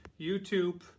youtube